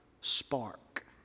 spark